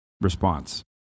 response